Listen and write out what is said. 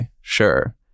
sure